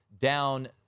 down